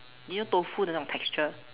you know tofu 的那种 texture